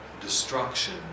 destruction